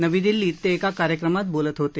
नवी दिल्लीत ते एका कार्यक्रमात बोलत होते